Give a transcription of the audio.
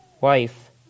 wife